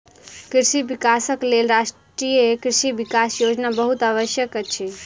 कृषि विकासक लेल राष्ट्रीय कृषि विकास योजना बहुत आवश्यक अछि